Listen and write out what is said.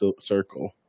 circle